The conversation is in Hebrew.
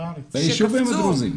ביישובים הדרוזים.